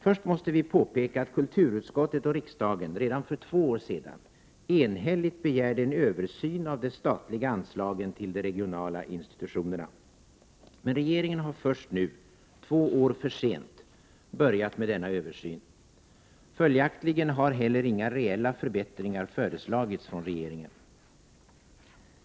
Först måste vi påpeka att kulturutskottet och riksdagen redan för två år sedan enhälligt begärde en översyn av de statliga anslagen till de regionala institutionerna. Men regeringen har först nu, två år för sent, börjat med denna översyn. Följaktligen har heller inga reella förbättringar föreslagits från regeringen.